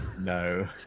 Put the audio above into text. No